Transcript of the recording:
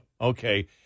okay